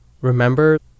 remember